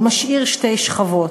הוא משאיר שתי שכבות,